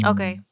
Okay